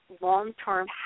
long-term